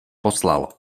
poslal